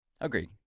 Agreed